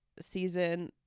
season